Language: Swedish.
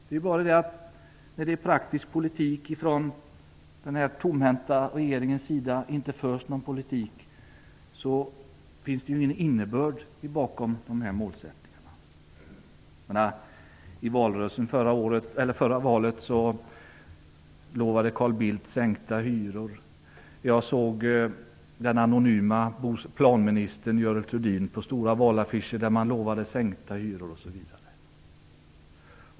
Det är bara det att när det från den här tomhänta regeringens sida inte förs någon praktisk politik finns det ingen innebörd i målsättningarna. I valrörelsen inför förra valet lovade Carl Bildt sänkta hyror. Jag såg den anonyma planministern Görel Thurdin på stora valaffischer där man lovade sänkta hyror.